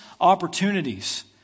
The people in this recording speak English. opportunities